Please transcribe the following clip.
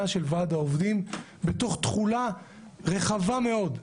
של ועד העובדים בתוך תחולה רחבה מאוד.